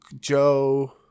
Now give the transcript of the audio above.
Joe